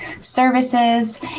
services